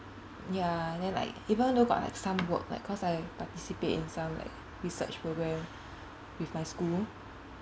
ya then like even though got like some work like cause I participate in some like research program with my school